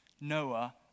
Noah